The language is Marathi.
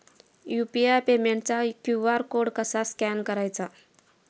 यु.पी.आय पेमेंटचा क्यू.आर कोड कसा स्कॅन करायचा?